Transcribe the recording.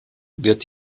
wird